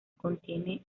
contiene